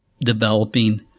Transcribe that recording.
developing